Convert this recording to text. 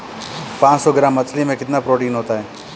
पांच सौ ग्राम मछली में कितना प्रोटीन होता है?